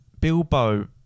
Bilbo